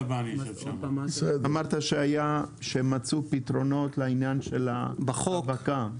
אמרת שהיה, שמצאו פתרונות לעניין של ההאבקה.